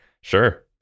sure